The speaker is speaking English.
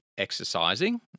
exercising